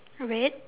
red